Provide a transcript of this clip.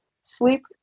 sleep